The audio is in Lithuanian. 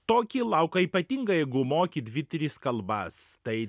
tokį lauką ypatingai jeigu moki dvi tris kalbas tai